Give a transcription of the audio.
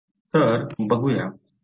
तर बघूया